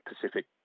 Pacific